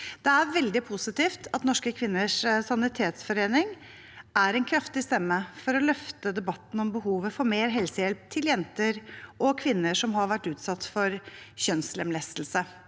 Det er veldig positivt at Norske Kvinners Sanitetsforening, NKS, er en kraftig stemme for å løfte debatten om behovet for mer helsehjelp til jenter og kvinner som har vært utsatt for kjønnslemlestelse.